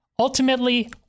Ultimately